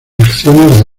acciones